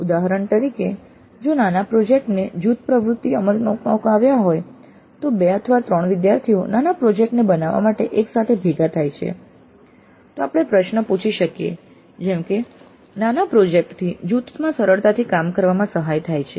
ઉદાહરણ તરીકે જો નાના પ્રોજેક્ટ ને જૂથ પ્રવૃત્તિ તરીકે અમલમાં મૂકવામાં આવ્યો હોય તો 2 અથવા 3 વિદ્યાર્થીઓ નાના પ્રોજેક્ટ ને બનાવવા માટે એકસાથે ભેગા થાય છે તો આપણે પ્રશ્ન પૂછી શકીએ છીએ જેમ કે - "નાના પ્રોજેક્ટ થી જૂથમાં સરળતાથી કામ કરવામાં સહાય થાય છે